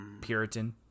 Puritan